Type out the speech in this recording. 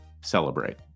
celebrate